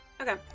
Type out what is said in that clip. Okay